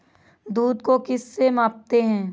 दूध को किस से मापते हैं?